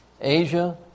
Asia